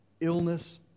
illness